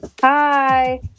Hi